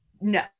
no